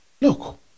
Look